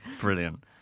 Brilliant